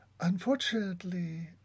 Unfortunately